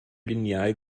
lineal